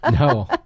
No